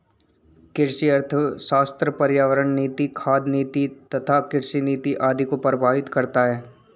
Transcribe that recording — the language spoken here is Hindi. कृषि अर्थशास्त्र पर्यावरण नीति, खाद्य नीति तथा कृषि नीति आदि को प्रभावित करता है